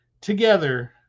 together